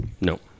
No